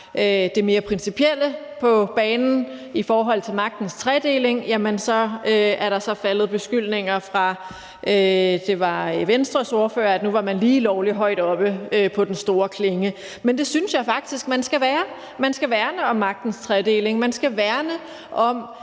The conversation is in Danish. det mere principielle på banen i forhold til magtens tredeling, så er der så faldet beskyldninger fra, det var Venstres ordfører, om, at nu var man lige lovlig højt oppe på den store klinge, men det synes jeg faktisk man skal være. Man skal værne om magtens tredeling.